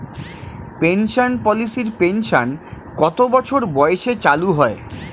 Pension পলিসির pension কত বছর বয়সে চালু হয়?